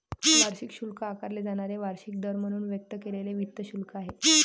वार्षिक शुल्क आकारले जाणारे वार्षिक दर म्हणून व्यक्त केलेले वित्त शुल्क आहे